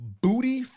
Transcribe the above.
Booty